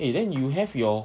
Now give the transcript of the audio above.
eh then you have your